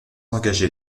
engagé